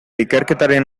ikerketaren